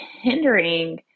hindering